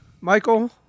Michael